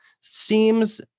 seems